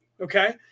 okay